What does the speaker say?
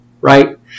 Right